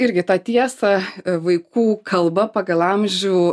irgi tą tiesą vaikų kalba pagal amžių